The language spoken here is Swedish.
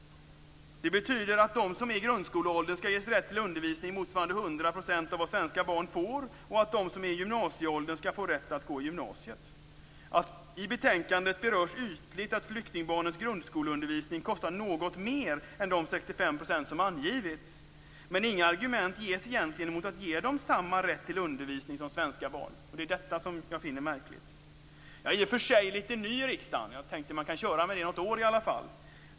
Det betyder att de som är i grundskoleålder skall ges rätt till undervisning motsvarande 100 % av vad svenska barn får och att de som är i gymnasieålder skall få rätt att gå gymnasiet. I betänkandet berörs ytligt att flyktingbarnens grundskoleundervisning kostar något mer än de 65 % som angetts. Men inga argument ges egentligen mot att ge dem samma rätt till undervisning som svenska barn. Det är detta som jag finner märkligt. Jag är i och för sig ganska ny i riksdagen - jag har tänkt att jag kan "köra" med det något år i alla fall.